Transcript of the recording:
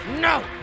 No